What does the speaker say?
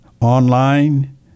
online